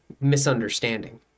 misunderstanding